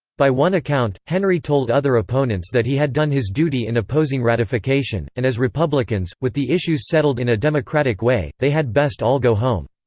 by one account, henry told other opponents that he had done his duty in opposing ratification, and as republicans, with the issues settled in a democratic way, they had best all go home.